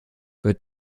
wird